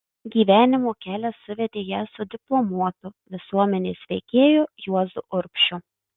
gyvenimo kelias suvedė ją su diplomuotu visuomenės veikėju juozu urbšiu